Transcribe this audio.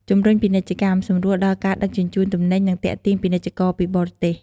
ជំរុញពាណិជ្ជកម្ម សម្រួលដល់ការដឹកជញ្ជូនទំនិញ និងទាក់ទាញពាណិជ្ជករពីបរទេស។